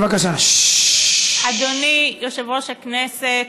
אדוני יושב-ראש הישיבה,